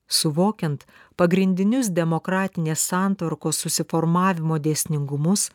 suvokiant pagrindinius demokratinės santvarkos susiformavimo dėsningumus